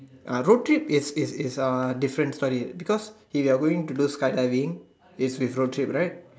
ah road trip is is uh different story because if you are going to do skydiving is with road trip right